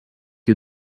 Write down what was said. you